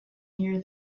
near